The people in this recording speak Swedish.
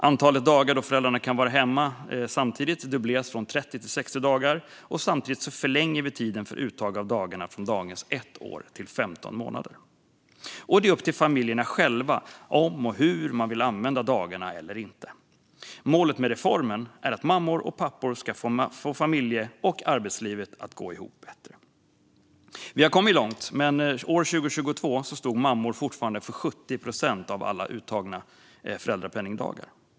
Antalet dagar då båda föräldrarna kan vara hemma samtidigt dubbleras från 30 till 60 dagar, och samtidigt förlänger vi tiden för uttag av dagarna från dagens ett år till 15 månader. Och det är upp till familjerna själva om och hur de vill använda dagarna eller inte. Målet med reformen är att mammor och pappor ska få familje och arbetslivet att gå ihop bättre. Vi har kommit långt, men år 2022 stod mammor fortfarande för 70 procent av alla uttagna föräldrapenningdagar.